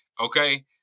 Okay